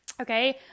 Okay